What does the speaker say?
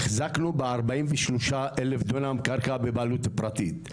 החזקנו ב-43,000 דונם בבעלות פרטית.